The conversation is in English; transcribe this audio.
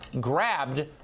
grabbed